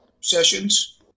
sessions